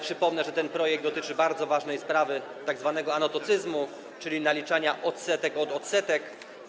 Przypomnę, że ten projekt dotyczy bardzo ważnej sprawy, tzw. anatocyzmu, czyli naliczania odsetek od odsetek.